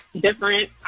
different